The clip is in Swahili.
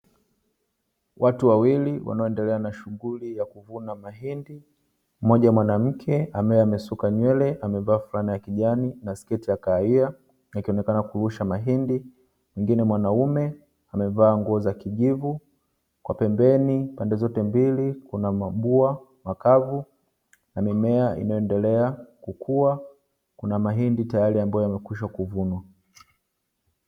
Watu wawili, wanaoendelea na shughuli ya kuvuna mahindi, mmoja mwanamke ambaye amesuka nywele, amevaa fulana ya kijani na sketi ya kahawia, akionekana kurusha mahindi. Mwingine mwanaume, amevaa nguo za kijivu, kwa pembeni, pande zote mbili kuna mabua makavu, na mimea inayoendelea kukua, kuna mahindi tayari ambayo yamekwisha kuvunwa.